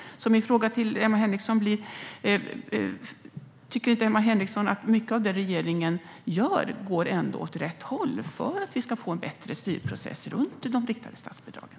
Min fråga till Emma Henriksson blir: Tycker inte Emma Henriksson att mycket av vad regeringen gör går åt rätt håll, för att vi ska få en bättre styrprocess när det gäller de riktade statsbidragen?